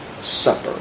Supper